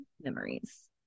memories